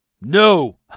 No